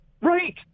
Right